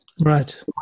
Right